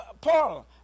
Paul